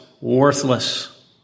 worthless